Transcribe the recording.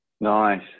Nice